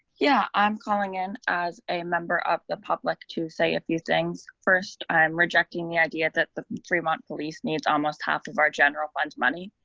yeah, i'm calling in as a member of the public to say a few things. first i'm rejecting the idea that the fremont police needs almost half of our general fund money.